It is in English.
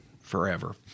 forever